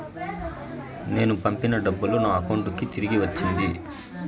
నేను పంపిన డబ్బులు నా అకౌంటు కి తిరిగి వచ్చింది